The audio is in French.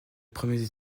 premier